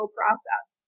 process